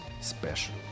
special